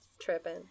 Tripping